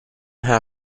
how